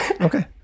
Okay